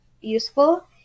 useful